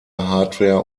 hardware